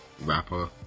rapper